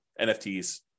NFTs